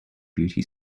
beauty